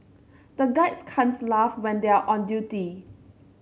the guards can't laugh when they are on duty